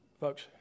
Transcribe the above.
Folks